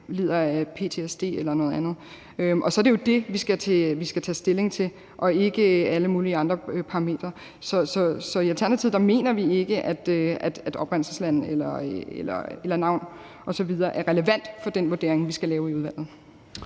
lider af ptsd eller noget andet. Og så er det jo det, vi skal tage stilling til, og ikke alle mulige andre parametre. Så i Alternativet mener vi ikke, at oprindelsesland eller navn osv. er relevante for den vurdering, vi skal lave i udvalget.